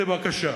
בבקשה.